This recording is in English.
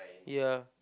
ya